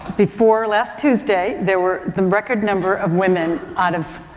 before last tuesday there were the record number of women out of,